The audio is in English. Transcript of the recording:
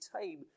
time